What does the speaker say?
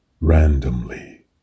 randomly